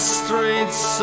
streets